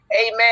Amen